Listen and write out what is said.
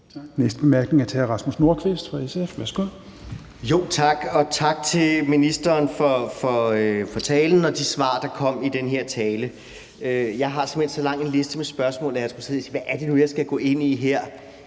korte bemærkning er til hr. Rasmus Nordqvist fra SF. Værsgo. Kl. 16:43 Rasmus Nordqvist (SF): Tak, og tak til ministeren for talen og de svar, der kom i den her tale. Jeg har simpelt hen så lang en liste med spørgsmål, så jeg skulle sidde og tænke over, hvad det nu er, jeg skal gå ind i her.